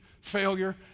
failure